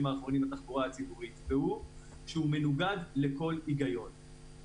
האחרונים בתחבורה הציבורית והוא שהוא מנוגד לכל היגיון.